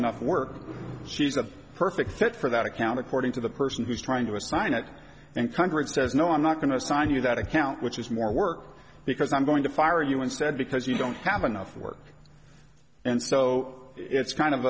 enough work she's a perfect fit for that account according to the person who's trying to assign it and congress says no i'm not going to assign you that account which is more work because i'm going to fire you instead because you don't have enough work and so it's kind of